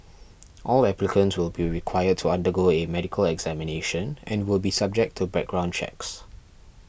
all applicants will be required to undergo a medical examination and will be subject to background checks